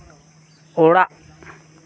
ᱚᱲᱟᱜ